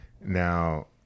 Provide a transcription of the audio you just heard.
now